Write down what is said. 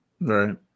Right